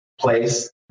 place